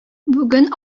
бүген